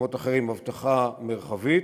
במקומות אחרים, אבטחה מרחבית.